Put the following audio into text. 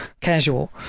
Casual